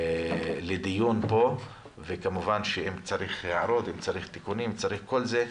לדיון פה ואם צריך הערות ותיקונים שיעשו את זה.